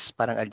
Parang